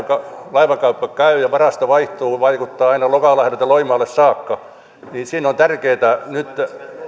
laivakauppa käy ja varasto vaihtuu se vaikuttaa aina lokalahdelta loimaalle saakka niin siinä on tärkeätä nyt